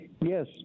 Yes